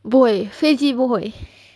不会飞机不会